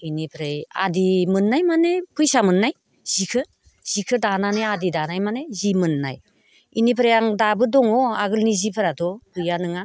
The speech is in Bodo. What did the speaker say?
बेनिफ्राय आदि मोननाय माने फैसा मोननाय सिखौ सिखौ दानानै आदि दानाय माने सि मोननाय बेनिफ्राय आं दाबो दङ आगोलनि सिफोराथ' गैया नङा